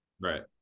right